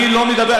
אני לא מדבר,